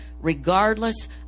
regardless